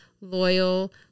loyal